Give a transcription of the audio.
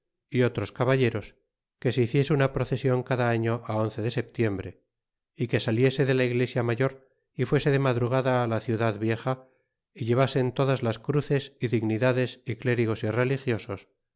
y otros caballeros que se hiciese una procesion cada ario a once de setiembre y que saliese de la iglesia mayor y fuese de madrugada a la ciudad vieja y llevasen todas las cruzes y dignidades y cidrigos y religiosos